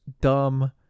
dumb